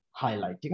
highlighting